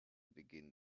begin